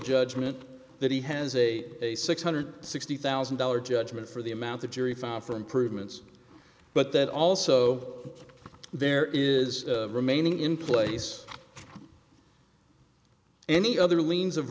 judgment that he has a six hundred sixty thousand dollars judgment for the amount the jury found for improvements but that also there is remaining in place any other liens of